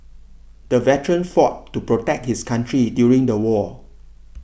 the veteran fought to protect his country during the war